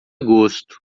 gosto